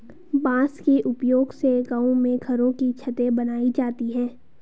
बांस के उपयोग से गांव में घरों की छतें बनाई जाती है